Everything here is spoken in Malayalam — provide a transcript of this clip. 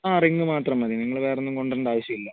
ആ റിംഗ് മാത്രം മതി നിങ്ങൾ വേറെ ഒന്നും കൊണ്ട് വരേണ്ട ആവശ്യമില്ല